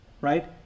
right